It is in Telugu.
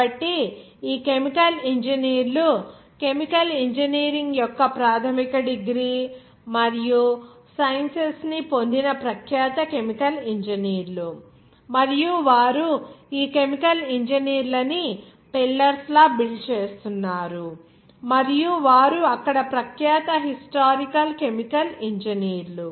కాబట్టి ఈ కెమికల్ ఇంజనీర్లు కెమికల్ ఇంజనీరింగ్ యొక్క ప్రాథమిక డిగ్రీ మరియు సైన్స్ ని పొందిన ప్రఖ్యాత కెమికల్ ఇంజనీర్లు మరియు వారు ఈ కెమికల్ ఇంజనీర్ల ని పిల్లర్స్ లా బిల్డ్ చేస్తున్నారు మరియు వారు అక్కడ ప్రఖ్యాత హిస్టారికల్ కెమికల్ ఇంజనీర్లు